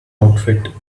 outfit